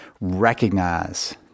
recognize